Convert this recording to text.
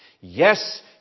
yes